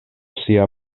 sia